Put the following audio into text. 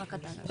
רק אתה.